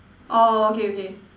oh okay okay